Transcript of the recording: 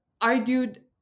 argued